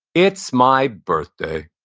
it's my birthday.